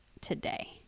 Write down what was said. today